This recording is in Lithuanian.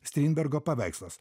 strindbergo paveikslas